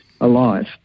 alive